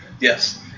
Yes